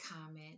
comment